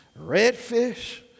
redfish